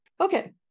okay